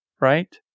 right